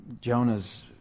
Jonah's